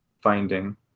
finding